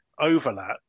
overlap